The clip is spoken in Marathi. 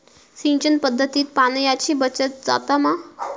सिंचन पध्दतीत पाणयाची बचत जाता मा?